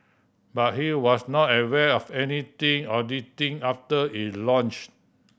but he was not aware of anything auditing after it launched